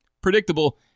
predictable